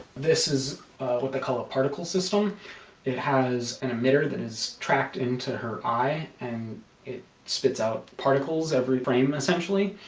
this is what they call a particle system it has an emitter that is tracked into her eye and it spits out particles every frame essentially.